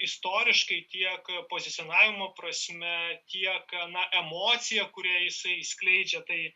istoriškai tiek pozicionavimo prasme tiek na emocija kurią jisai skleidžia tai